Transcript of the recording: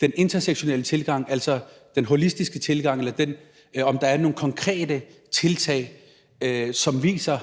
den intersektionelle tilgang, altså den holistiske tilgang, i forhold til om der er nogen konkrete tiltag, som viser,